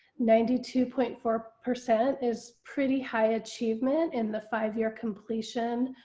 ninety two point four percent is pretty high achievement in the five year completion.